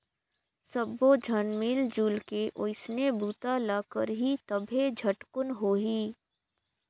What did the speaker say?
सब्बो झन मिलजुल के ओइसने बूता ल करही तभे झटकुन होही